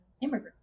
immigrant